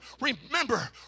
remember